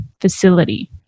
facility